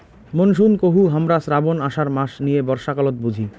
monsoon কহু হামরা শ্রাবণ, আষাঢ় মাস নিয়ে বর্ষাকালত বুঝি